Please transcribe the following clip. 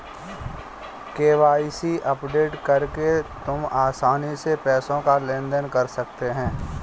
KYC update करके तुम आसानी से पैसों का लेन देन कर सकते हो